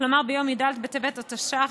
כלומר ביום י"ד בטבת התשע"ח,